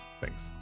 Thanks